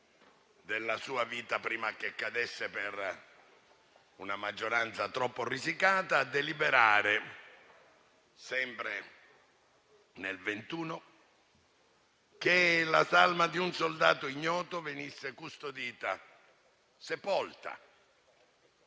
della sua vita, prima che cadesse per una maggioranza troppo risicata, a deliberare, sempre nel 1921, che la salma di un soldato ignoto venisse custodita e sepolta